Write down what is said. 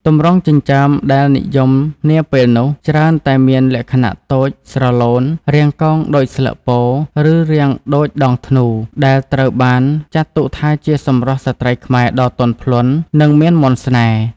ទម្រង់ចិញ្ចើមដែលនិយមនាពេលនោះច្រើនតែមានលក្ខណៈតូច ស្រឡូន រាងកោងដូចស្លឹកពោធិ៍ ឬរាងដូចដងធ្នូ ដែលត្រូវបានចាត់ទុកថាជាសម្រស់ស្ត្រីខ្មែរដ៏ទន់ភ្លន់ និងមានមន្តស្នេហ៍។